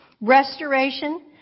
restoration